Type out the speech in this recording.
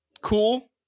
cool